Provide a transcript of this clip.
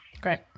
great